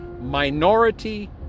minority